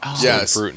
Yes